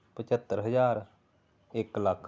ਪਚੱਤਰ ਹਜ਼ਾਰ ਇੱਕ ਲੱਖ